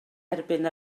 erbyn